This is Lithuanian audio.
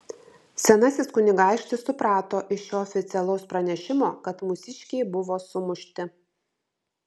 senasis kunigaikštis suprato iš šio oficialaus pranešimo kad mūsiškiai buvo sumušti